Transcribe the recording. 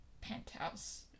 penthouse